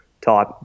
type